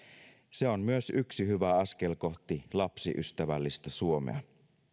se on myös yksi hyvä askel kohti lapsiystävällistä suomea